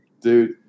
Dude